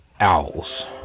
owls